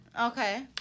okay